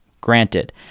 granted